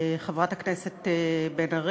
חברת הכנסת בן ארי,